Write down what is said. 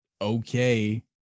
okay